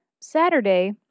Saturday